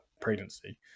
pregnancy